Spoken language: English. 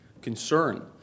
concern